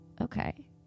Okay